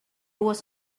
was